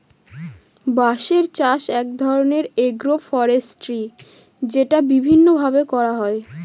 বাঁশের চাষ এক ধরনের এগ্রো ফরেষ্ট্রী যেটা বিভিন্ন ভাবে করা হয়